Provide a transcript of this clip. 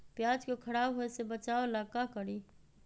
प्याज को खराब होय से बचाव ला का करी?